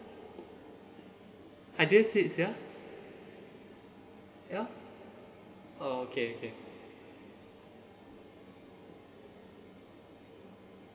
I just sit sia ya ya oh okay okay